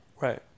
Right